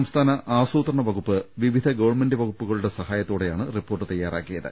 സംസ്ഥാന ആസൂത്രണ വകുപ്പ് വിവിധ ഗവൺമെന്റ് വകുപ്പുകളുടെ സഹായത്തോടെയാണ് റിപ്പോർട്ട് തയ്യാറാക്കി യത്